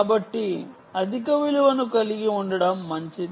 కాబట్టి అధిక విలువను కలిగి ఉండటం మంచిది